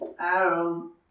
Aaron